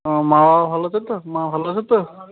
ও মা বাবা ভালো আছে তো মা ভালো আছে তো